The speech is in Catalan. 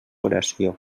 oració